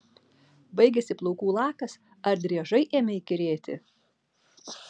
baigėsi plaukų lakas ar driežai ėmė įkyrėti